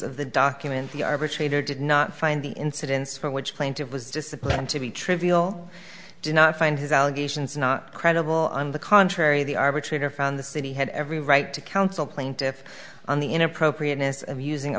of the document the arbitrator did not find the incidence for which plaintive was disciplined to be trivial did not find his allegations not credible on the contrary the arbitrator found the city had every right to counsel plaintiffs on the inappropriateness of using a